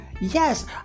yes